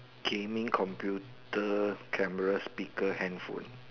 gaming computer camera speaker handphone